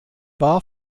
war